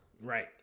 Right